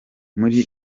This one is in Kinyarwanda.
muri